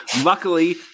Luckily